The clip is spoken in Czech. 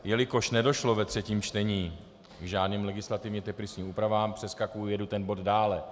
Jelikož nedošlo ve třetím čtení k žádným legislativně technickým úpravám, přeskakuji, jedu ten bod dále.